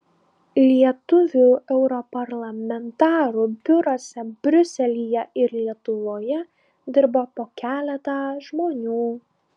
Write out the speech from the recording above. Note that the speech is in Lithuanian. lietuvių europarlamentarų biuruose briuselyje ir lietuvoje dirba po keletą žmonių